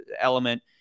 element